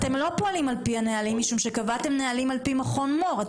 שקבעתם נהלים על פי מכון מור.